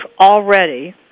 already